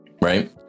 right